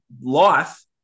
life